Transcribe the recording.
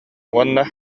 уонна